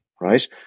right